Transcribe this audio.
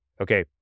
okay